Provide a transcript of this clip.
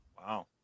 wow